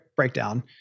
Breakdown